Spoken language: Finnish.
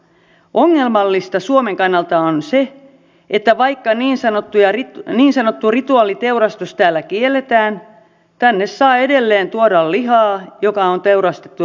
ongelmallista suomen kannalta on se että vaikka niin sanottu rituaaliteurastus täällä kielletään tänne saa edelleen tuoda lihaa joka on teurastettu rituaaliteurastuksella